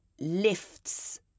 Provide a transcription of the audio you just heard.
lifts